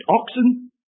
oxen